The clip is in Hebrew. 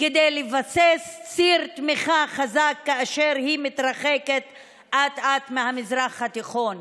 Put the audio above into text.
כדי לבסס ציר תמיכה חזק כאשר היא מתרחקת אט-אט מהמזרח התיכון.